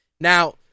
Now